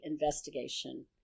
investigation